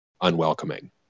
unwelcoming